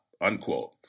unquote